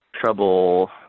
trouble